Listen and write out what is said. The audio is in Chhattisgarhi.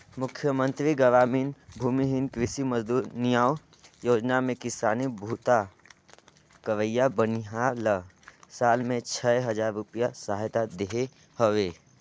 मुख्यमंतरी गरामीन भूमिहीन कृषि मजदूर नियाव योजना में किसानी बूता करइया बनिहार ल साल में छै हजार रूपिया सहायता देहे हवे